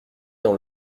dans